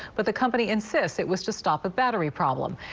but the company insists it was to stop a battery problem.